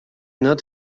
not